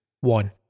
One